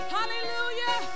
Hallelujah